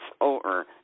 over